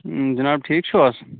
حِناب ٹھیٖک چھِو حظ